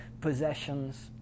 possessions